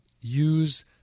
use